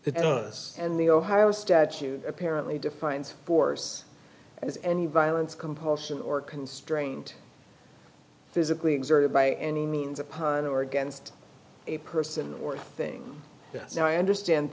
us and the ohio statute apparently defines force as any violence compulsion or constraint physically exerted by any means upon or against a person or thing yes i understand